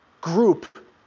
group